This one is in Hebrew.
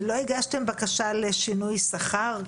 ולא הגשתם בקשה לשינוי שכר?